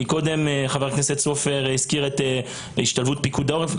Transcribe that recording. קודם חבר הכנסת סופר הזכיר את השתלבות פיקוד העורף,